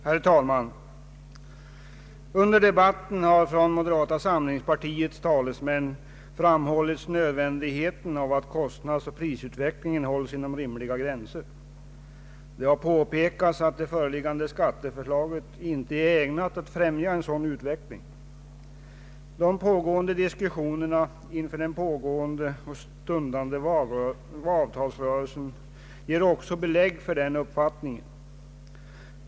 Herr talman! Under debatten har av moderata samlingspartiets talesmän framhållits nödvändigheten av att kostnadsoch prisutvecklingen hålls inom rimliga gränser. Det har påpekats att det föreliggande skatteförslaget inte är ägnat att främja en sådan utveckling. Diskussionerna inför den pågående och stundande avtalsrörelsen ger också belägg för den uppfattningen.